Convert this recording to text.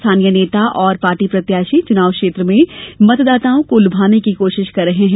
स्थानीय नेता और पार्टी प्रत्याशी चुनाव क्षेत्र में मतदाताओं को लुभाने की कोशिश कर रहे हैं